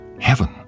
Heaven